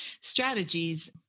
strategies